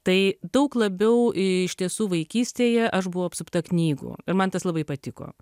tai daug labiau iš tiesų vaikystėje aš buvau apsupta knygų ir man tas labai patiko